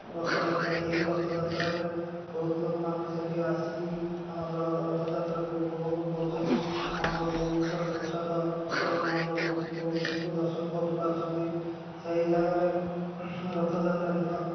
ରଥଯାତ୍ରା ଏହି ରଥଯାତ୍ରାରେ ବହୁତ ଲୋକମାନେ ସେଇଠି ଆସିକି ଆମର ରଥଯାତ୍ରାକୁ ଉପଭୋଗ କରୁଛନ୍ତି ମହାପ୍ରଭୁଙ୍କର ପ୍ରସାଦ ଏବଂ ମହାପ୍ରଭୁ ପ୍ରଭୁଙ୍କୁ ଦର୍ଶନ କରିପାରୁଛନ୍ତି ସେହି ଜାଗାରେ ରଥଯାତ୍ରା ଦିନ